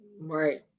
Right